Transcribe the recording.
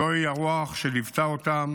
זוהי הרוח שליוותה אותם